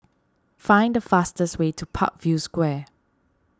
find the fastest way to Parkview Square